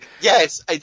Yes